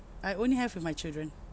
I only have with my children